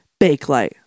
Bakelite